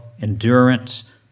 endurance